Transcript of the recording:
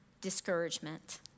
discouragement